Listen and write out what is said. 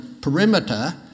perimeter